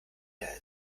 leer